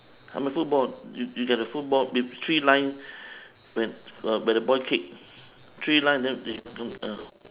I'm at football you you get the football with three line where uh where the boy kick three line then ah